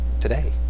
today